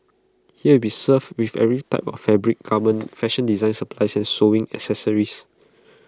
here be served with every type of fabric garment fashion design supplies and sewing accessories